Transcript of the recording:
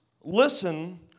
listen